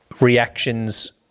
reactions